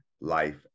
life